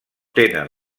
tenen